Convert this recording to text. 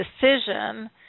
decision